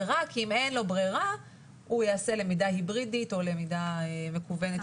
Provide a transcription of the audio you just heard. ורק אם אין לו ברירה הוא יעשה למידה היברידית או למידה מקוונת,